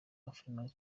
afrifame